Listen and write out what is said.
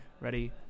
Ready